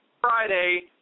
Friday